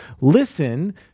listen